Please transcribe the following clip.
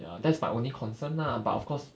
ya that's my only concern lah but of course